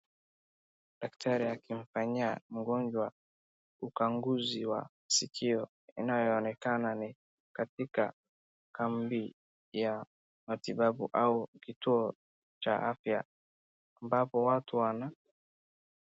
Daktari akimfanyia mgonjwa ukaguzi wa sikio inayoonekana ni katika kambi ya matibabu au kituo cha afya ambapo watu wana.